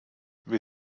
wir